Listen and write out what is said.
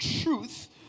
truth